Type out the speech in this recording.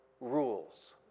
rules